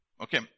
Okay